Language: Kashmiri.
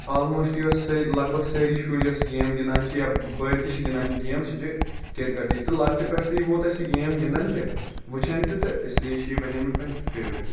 آلموسٹ یۄس سٲنۍ لَگ بگ سٲری شُرۍ یۄس گیم گِنٛدان چھِ یا بٔڑۍ تہِ چھِ گِنٛدان گیم سۄ چھِ کِرکٹ تہِ لۄکٹہِ پٮ۪ٹھ ووت اسہِ یہِ گیم گِنٛدان تہِ وِچھان تہ تہِ اِسلیے چھِ یہِ بَنیمٕژ وۄنۍ فیورِٹٕے